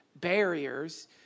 barriers